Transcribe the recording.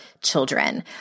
children